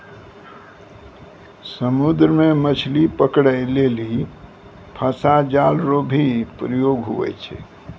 समुद्र मे मछली पकड़ै लेली फसा जाल रो भी प्रयोग हुवै छै